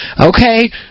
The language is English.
okay